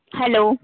hello